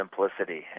simplicity